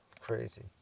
Crazy